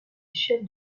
chef